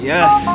Yes